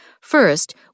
First